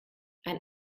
ein